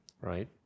right